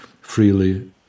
freely